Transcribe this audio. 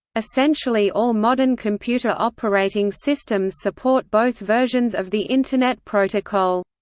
essentially all modern computer operating systems support both versions of the internet protocol.